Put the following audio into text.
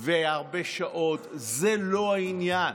ו"הרבה שעות", זה לא העניין,